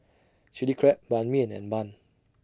Chilli Crab Ban Mian and Bun